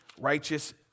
righteous